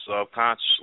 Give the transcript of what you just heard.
subconsciously